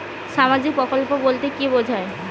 সামাজিক প্রকল্প বলতে কি বোঝায়?